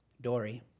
Dory